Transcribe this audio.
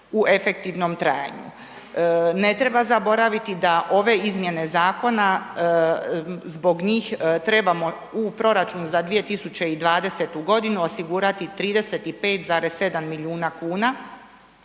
u efektivnom trajanju. Ne treba zaboraviti da ove izmjene zakona zbog njih trebamo u proračun za 2020. g. osigurati 35,7 milijuna kuna,